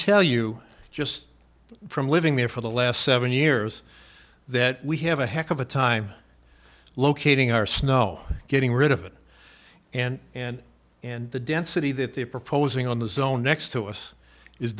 tell you just from living there for the last seven years that we have a heck of a time locating our snow getting rid of it and and and the density that they're proposing on the zone next to us is